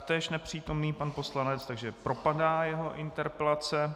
Taktéž nepřítomný pan poslanec, takže propadá jeho interpelace.